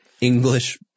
English